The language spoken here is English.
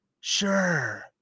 Sure